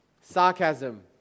sarcasm